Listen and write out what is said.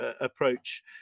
approach